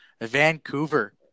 Vancouver